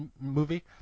movie